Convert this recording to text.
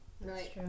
Right